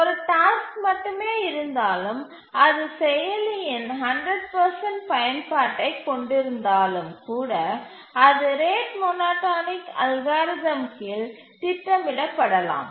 ஒரு டாஸ்க் மட்டுமே இருந்தாலும் அது செயலியின் 100 பயன்பாட்டைக் கொண்டிருந்தாலும் கூட அது ரேட் மோனோடோனிக் அல்காரிதம் கீழ் திட்டமிடப்படலாம்